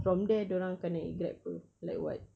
from there dia orang akan naik grab [pe] like what